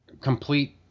complete